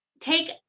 take